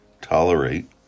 tolerate